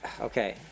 okay